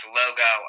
logo